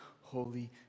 holy